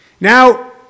Now